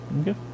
Okay